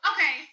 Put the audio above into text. Okay